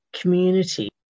community